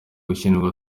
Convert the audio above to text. gushyingirwa